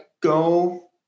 go